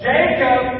Jacob